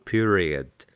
Period